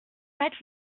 mettre